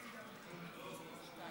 תודה